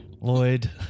Lloyd